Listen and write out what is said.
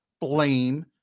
blame